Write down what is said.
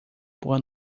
boa